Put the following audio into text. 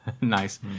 nice